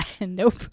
nope